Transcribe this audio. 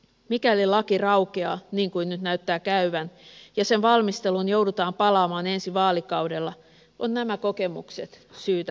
mikäli laki raukeaa niin kuin nyt näyttää käyvän ja sen valmisteluun joudutaan palaamaan ensi vaalikaudella on nämä kokemukset syytä huomioida